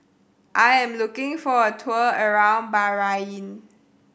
I am looking for a tour around Bahrain